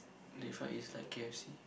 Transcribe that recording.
deep fried is like k_f_c